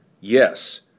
Yes